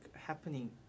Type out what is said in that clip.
happening